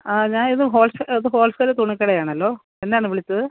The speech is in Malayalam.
ആ ഞാൻ ഇത് ഹോൾസെയിൽ ഇത് ഹോൾസെയിൽ തുണിക്കടയാണല്ലോ എന്താണ് വിളിച്ചത്